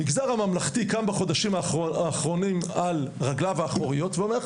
המגזר הממלכתי קם בחודשים האחרונים על רגליו האחוריות ואומר,